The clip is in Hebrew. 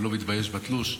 אני לא מתבייש בתלוש.